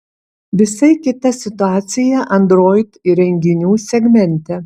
visai kita situacija android įrenginių segmente